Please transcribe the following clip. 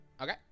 Okay